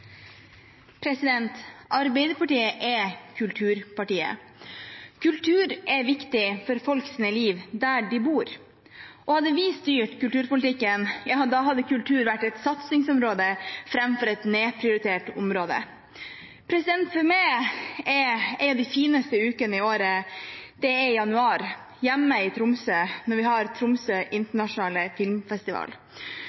Arbeiderpartiet er kulturpartiet. Kultur er viktig for folks liv der de bor. Hadde vi styrt kulturpolitikken, hadde kultur vært et satsingsområde framfor et nedprioritert område. For meg er den fineste uken i året i januar hjemme i Tromsø, når vi har Tromsø